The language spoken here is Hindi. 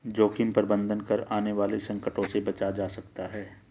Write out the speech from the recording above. जोखिम प्रबंधन कर आने वाले संकटों से बचा जा सकता है